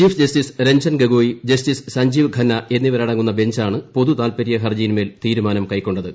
chief justice Ranjan Gogoi justice Sanjiv Khanna എന്നിവരടങ്ങുന്ന ബഞ്ചാണ് പൊതുതാൽപരൃ ഹർജിയിൻമേൽ തീരുമാനം കൈക്കൊണ്ടത്